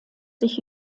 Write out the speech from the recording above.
sich